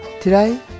Today